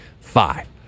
Five